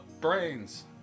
brains